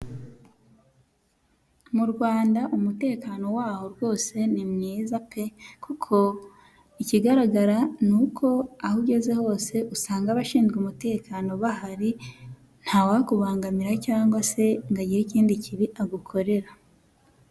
Mu Rwanda umutekano waho rwose ni mwiza pe kuko ikigaragara ni uko aho ugeze hose usanga abashinzwe umutekano bahari nta wakubangamira cyangwa se ngo agire ikindi kibi agukorera.